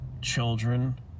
children